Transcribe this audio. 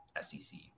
sec